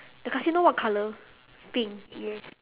the casino what colour pink yes